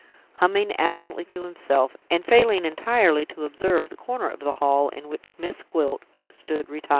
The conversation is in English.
humming absently to himself, and failing entirely to observe the corner of the hall in which miss gwilt stood retired.